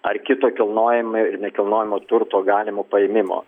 ar kito kilnojamai ir nekilnojamo turto galimo paėmimo